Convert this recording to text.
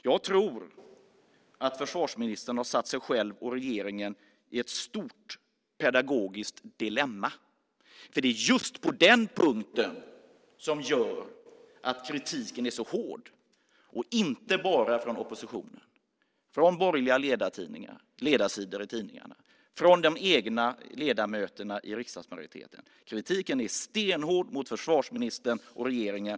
Jag tror att försvarsministern därmed har försatt sig själv och regeringen i ett stort pedagogiskt dilemma, för det är just den punkten som gör att kritiken är så hård, inte bara från oppositionen utan även från de borgerliga ledarsidorna och från de egna ledamöterna i riksdagsmajoriteten. Kritiken är stenhård mot försvarsministern och regeringen.